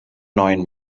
neuen